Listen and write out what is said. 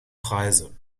preise